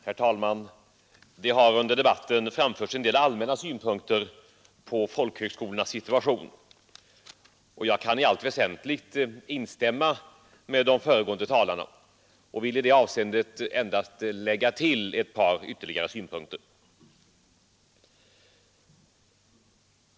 Herr talman! Det har under debatten framförts en del allmänna synpunkter på folhögskolans situation, och jag kan i allt väsentligt instämma med de föregående talarna. Jag vill i det avseendet endast lägga till ett par synpunkter.